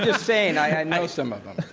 saying i know some of them.